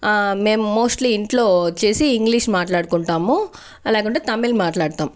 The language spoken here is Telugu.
ఆ మేం మోస్ట్లీ ఇంట్లో వచ్చేసి ఇంగ్లీష్ మాట్లాడుకుంటాము లేకుంటే తమిళ్ మాట్లాడుతాం